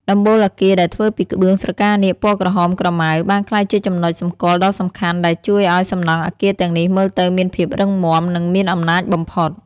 ដំបូលអគារដែលធ្វើពីក្បឿងស្រកានាគពណ៌ក្រហមក្រមៅ បានក្លាយជាចំណុចសម្គាល់ដ៏សំខាន់ដែលជួយឱ្យសំណង់អគារទាំងនេះមើលទៅមានភាពរឹងមាំ និងមានអំណាចបំផុត។